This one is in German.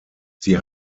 sie